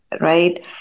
right